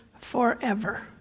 forever